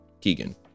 Keegan